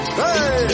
hey